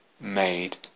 made